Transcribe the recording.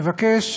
נבקש,